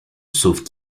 sauve